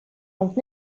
donc